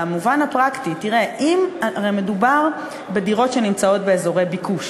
על המובן הפרקטי: הרי מדובר בדירות שנמצאות באזורי ביקוש,